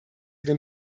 den